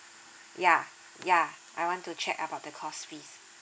yeah yeah I want to check about the course fees